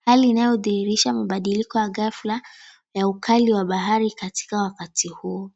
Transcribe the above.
hali inayodhihirisha mabadiliko ya ghafla ya ukali wa bahari katika wakati huo.